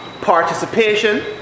participation